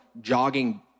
jogging